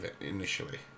initially